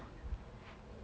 a'ah